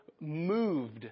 moved